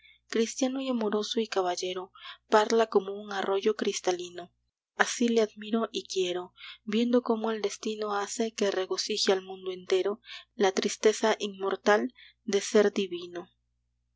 cristiano y amoroso y caballero parla como un arroyo cristalino así le admiro y quiero viendo cómo el destino hace que regocije al mundo entero la tristeza inmortal de ser divino